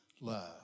Love